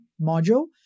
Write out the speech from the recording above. Module